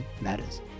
Matters